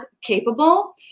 capable